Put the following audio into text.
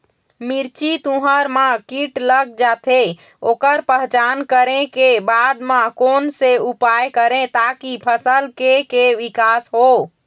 मिर्ची, तुंहर मा कीट लग जाथे ओकर पहचान करें के बाद मा कोन सा उपाय करें ताकि फसल के के विकास हो?